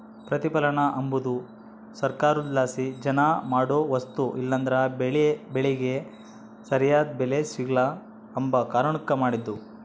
ಪ್ರತಿಪಲನ ಅಂಬದು ಸರ್ಕಾರುದ್ಲಾಸಿ ಜನ ಮಾಡೋ ವಸ್ತು ಇಲ್ಲಂದ್ರ ಬೆಳೇ ಬೆಳಿಗೆ ಸರ್ಯಾದ್ ಬೆಲೆ ಸಿಗ್ಲು ಅಂಬ ಕಾರಣುಕ್ ಮಾಡಿದ್ದು